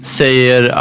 säger